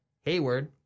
Hayward